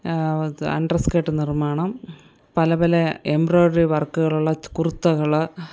ത് under skirt നിർമ്മാണം പല പല എംബ്രോയിഡറി വർക്കുകളുള്ള കുർത്തകള്